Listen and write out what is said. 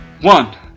one